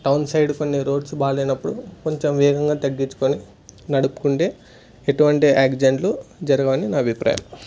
town side కొన్ని roads బాగలేనప్పుడు కొంచెం వేగంగా తగ్గించుకొని నడుపుకుంటే ఎటువంటి యాక్సిడెంట్లు జరగవు అని నా అభిప్రాయం